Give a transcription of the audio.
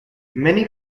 many